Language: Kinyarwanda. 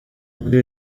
muri